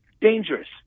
dangerous